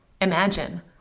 Imagine